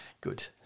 Good